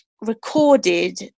recorded